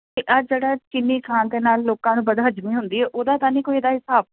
ਆਹ ਜਿਹੜਾ ਚੀਨੀ ਖਾਣ ਦੇ ਨਾਲ ਲੋਕਾਂ ਨੂੰ ਬਦਹਜਮੀ ਹੁੰਦੀ ਹ ਉਹਦਾ ਤਾਂ ਨਹੀਂ ਕੋਈ ਇਹਦਾ ਹਿਸਾਬ